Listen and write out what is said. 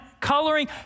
coloring